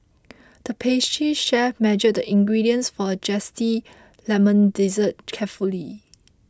the pastry chef measured the ingredients for a Lemon Dessert carefully